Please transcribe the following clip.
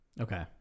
Okay